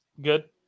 good